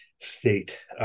state